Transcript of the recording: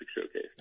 Showcase